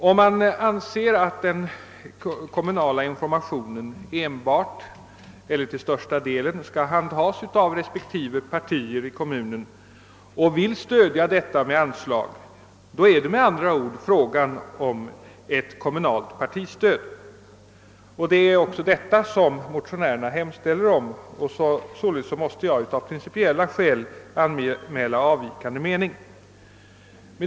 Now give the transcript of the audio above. Om man anser att den kommunala informationen enbart eller till största delen skall handhas av respektive partier i kommunen och vill stödja verksamheten med anslag är det med andra ord fråga om ett kommunalt partistöd. Det är även ett sådant som motionärernas hemställan avser, och jag måste således av principiella skäl anmäla avvikande mening.